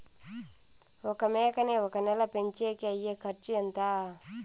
ఒక మేకని ఒక నెల పెంచేకి అయ్యే ఖర్చు ఎంత?